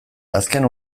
azken